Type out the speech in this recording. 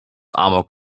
amok